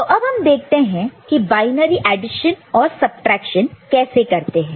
तो अब हम देखते हैं कि बायनरी एडिशन और सबट्रैक्शन कैसे करते हैं